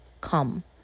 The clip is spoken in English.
come